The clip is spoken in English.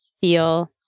feel